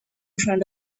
front